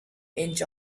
inch